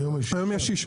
היום יש שישה